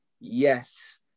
yes